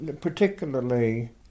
particularly